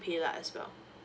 PayLah! as well